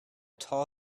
tall